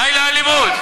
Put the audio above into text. די לאלימות.